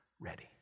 ready